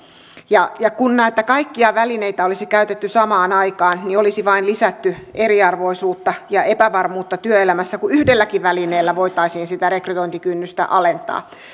ja ja kun näitä kaikkia välineitä olisi käytetty samaan aikaan olisi vain lisätty eriarvoisuutta ja epävarmuutta työelämässä kun yhdelläkin välineellä voitaisiin sitä rekrytointikynnystä alentaa